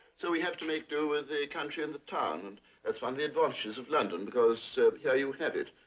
so we have to make do with the country in the town. and that's one of the advantages of london, because here you have it.